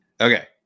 Okay